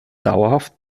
dauerhaft